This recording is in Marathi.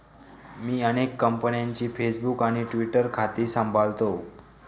मी अनेक कंपन्यांची फेसबुक आणि ट्विटर खाती सांभाळतो